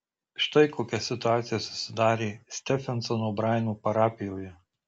štai kokia situacija susidarė stefensono braino parapijoje